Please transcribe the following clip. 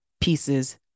pieces